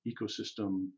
ecosystem